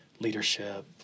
leadership